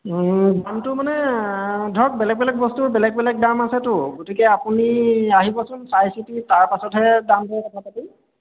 দামটো মানে ধৰক বেলেগ বেলেগ বস্তুৰ বেলেগ বেলেগ দাম আছেতো গতিকে আপুনি আহিবচোন চাই চিতি তাৰপাছতহে দাম দৰৰ কথা পাতিম